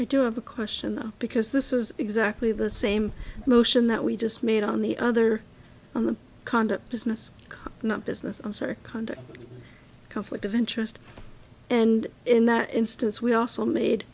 we do have a question because this is exactly the same motion that we just made on the other on the conduct business not business i'm sorry kind of conflict of interest and in that instance we also